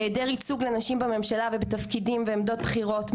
היעדר ייצוג לנשים בממשלה ובתפקידים ועמדות בחירות,